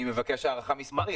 אני מבקש הערכה מספרית.